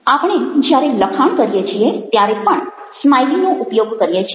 આપણે જ્યારે લખાણ કરીએ છીએ ત્યારે પણ સ્માઈલી નો ઉપયોગ કરીએ છીએ